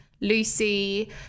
Lucy